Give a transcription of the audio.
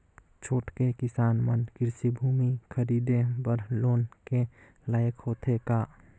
छोटके किसान मन कृषि भूमि खरीदे बर लोन के लायक होथे का?